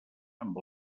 amb